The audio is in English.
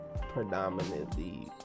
predominantly